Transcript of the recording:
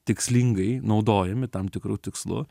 tikslingai naudojami tam tikru tikslu